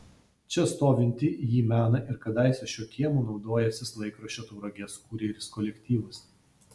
čia stovintį jį mena ir kadaise šiuo kiemu naudojęsis laikraščio tauragės kurjeris kolektyvas